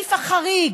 סעיף החריג,